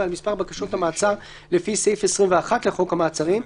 ועל מספר בקשות המעצר לפי סעיף 21 לחוק המעצרים,